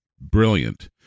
brilliant